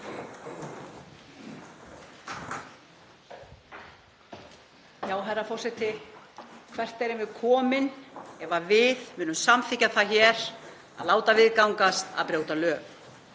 Herra forseti. Hvert erum við komin ef við munum samþykkja það hér að láta það viðgangast að brjóta lög?